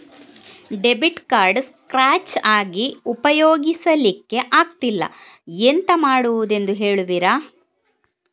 Debit card scratch ಆಗಿ ಉಪಯೋಗಿಸಲ್ಲಿಕ್ಕೆ ಆಗ್ತಿಲ್ಲ, ಎಂತ ಮಾಡುದೆಂದು ಹೇಳುವಿರಾ?